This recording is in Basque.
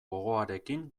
gogoarekin